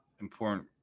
important